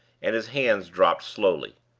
and his hands dropped slowly.